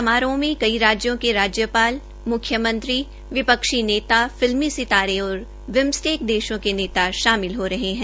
समारोह में राज्यपाल म्ख्यमंत्री विपक्षी नेता फिल्मी सितारे और बिम्सटेक देशों के नेता शामिल हो रही है